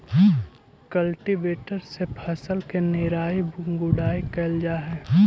cultivator से फसल के निराई गुडाई कैल जा हई